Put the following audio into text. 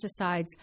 pesticides